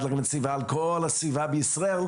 להגנת הסביבה על כל הסביבה בישראל,